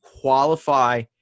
qualify